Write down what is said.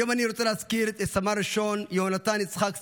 היום אני רוצה להזכיר את סמל ראשון יהונתן יצחק סמו,